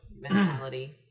mentality